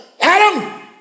Adam